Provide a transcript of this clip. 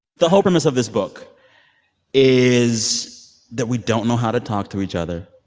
the whole premise of this book is that we don't know how to talk to each other,